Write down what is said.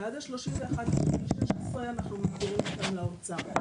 ועד ה-31 --- 2016 אנחנו מעבירים אותם לאוצר.